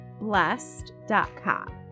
blessed.com